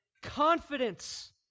Confidence